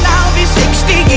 be sixty